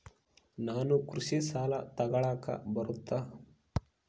ನಾನು ಕೃಷಿ ಸಾಲ ತಗಳಕ ಬರುತ್ತಾ?